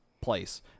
place